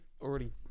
already